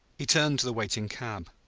he turned to the waiting cab,